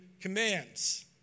commands